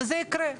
וזה יקרה.